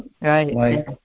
right